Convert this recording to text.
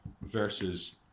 versus